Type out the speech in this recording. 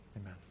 Amen